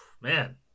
man